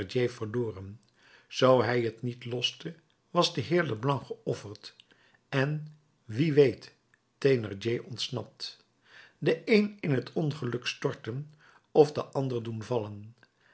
verloren zoo hij het niet loste was de heer leblanc geofferd en wie weet thénardier ontsnapt den een in t ongeluk storten of den ander doen vallen